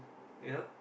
ya